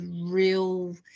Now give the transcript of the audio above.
real